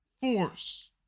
force